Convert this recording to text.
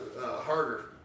harder